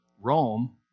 Rome